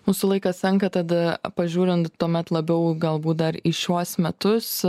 mūsų laikas senka tada pažiūrint tuomet labiau galbūt dar į šiuos metus